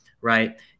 right